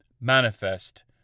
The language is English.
manifest